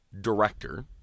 director